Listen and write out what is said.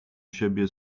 siebie